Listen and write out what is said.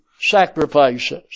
sacrifices